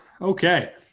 okay